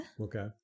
Okay